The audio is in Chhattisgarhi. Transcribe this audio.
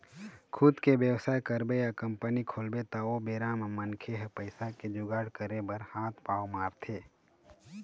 खुद के बेवसाय करबे या कंपनी खोलबे त ओ बेरा म मनखे ह पइसा के जुगाड़ करे बर हात पांव मारथे